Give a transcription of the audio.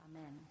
Amen